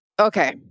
okay